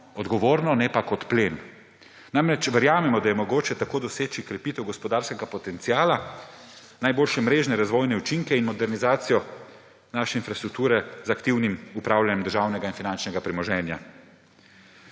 odgovorno, ne pa kot plen. Namreč, verjamemo, da je mogoče tako doseči krepitev gospodarskega potenciala, najboljše mrežne razvojne učinke in modernizacijo naše infrastrukture z aktivnim upravljanjem državnega in finančnega premoženja.